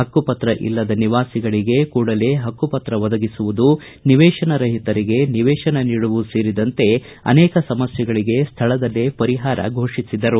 ಪಕ್ಷುಪತ್ರ ಇಲ್ಲದ ನಿವಾಸಿಗಳಿಗೆ ಕೂಡಲೇ ಪಕ್ಷುಪತ್ರ ಒದಗಿಸುವುದು ನಿವೇಶನ ರಹಿತರಿಗೆ ನಿವೇಶನ ನೀಡುವುದು ಸೇರಿದಂತೆ ಅನೇಕ ಸಮಸ್ಥೆಗಳಿಗೆ ಸ್ಥಳದಲ್ಲೇ ಪರಿಹಾರ ಘೋಷಿಸಿದರು